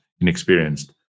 inexperienced